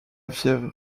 fièvre